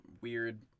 weird